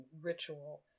ritual